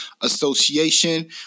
Association